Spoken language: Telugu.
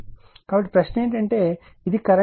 కాబట్టి ప్రశ్న ఏమిటంటే ఇది కరెంట్ Ia ఇది Ib